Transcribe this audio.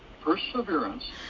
perseverance